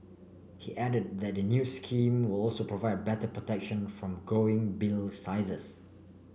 he added that the new scheme will also provide better protection from growing bill sizes